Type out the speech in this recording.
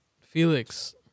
Felix